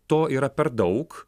to yra per daug